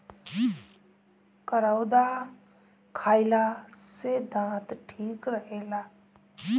करौदा खईला से दांत ठीक रहेला